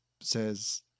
says